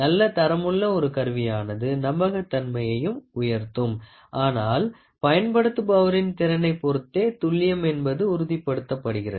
நல்ல தரமுள்ள ஒரு கருவியானது நம்பகத்தன்மையையும் உயர்த்தும் ஆனால் பயன்படுத்துபவரின் திறனைப் பொறுத்தே துல்லியம் என்பது உறுதிப்படுத்தப்படுகிறது